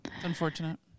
Unfortunate